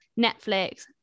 Netflix